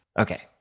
Okay